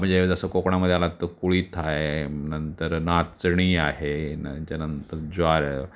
म्हणजे जसं कोकणामध्ये आलात तर कुळीथ आहे नंतर नाचणी आहे न याच्यानंतर ज्वारी आहे